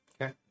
Okay